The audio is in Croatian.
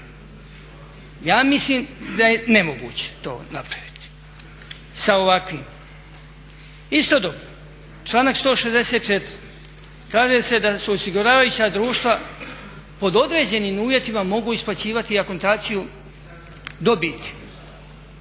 Ja mislim da je nemoguće to napraviti sa ovakvim. Istodobno članak 164. kaže se da se osiguravajuća društva pod određenim uvjetima mogu isplaćivati akontaciju dobiti.